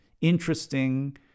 interesting